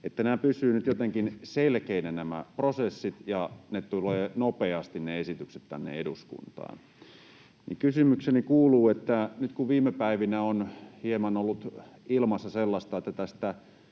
nämä prosessit pysyvät nyt jotenkin selkeinä ja ne esitykset tulevat nopeasti tänne eduskuntaan. Kysymykseni kuuluu: Nyt kun viime päivinä on hieman ollut ilmassa sellaista tästä